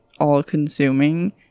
all-consuming